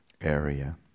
area